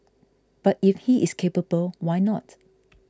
but if he is capable why not